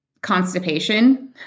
constipation